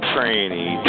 Tranny